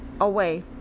away